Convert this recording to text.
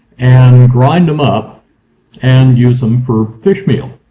and grind them up and use them for fish meal.